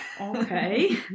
Okay